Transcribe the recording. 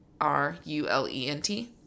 R-U-L-E-N-T